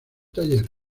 taller